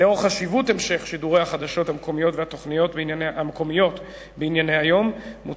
(המשך שידורי חדשות מקומיות בטלוויזיה) (תיקוני חקיקה) (הוראות שעה)